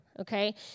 Okay